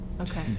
Okay